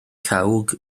cawg